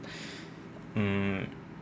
mm